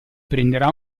prenderà